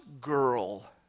girl